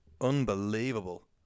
Unbelievable